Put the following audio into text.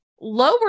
lower